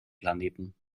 planeten